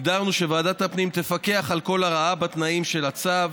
הגדרנו שוועדת הפנים תפקח על כל הרעה בתנאים של הצו.